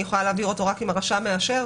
אני יכולה להעביר אותו רק אם הרשם שמאשר.